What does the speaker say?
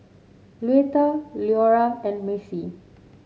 Luetta Leora and Macie